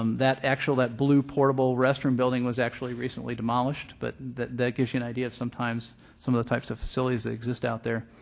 um actually that blue portable restroom building was actually recently demolished, but that that gives you an idea of sometimes some of the types of facilities that exist out there.